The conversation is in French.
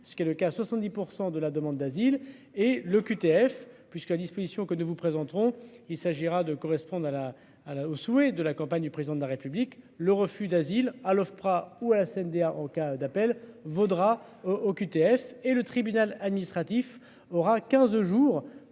ce qui est le cas à 70% de la demande d'asile et l'OQTF puisque les dispositions que nous vous présenterons. Il s'agira de correspondent à la à la au souhait de la campagne du président de la République, le refus d'asile à l'Ofpra ou à la CNDA en cas d'appel vaudra OQTF et le tribunal administratif aura 15 jours